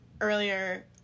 earlier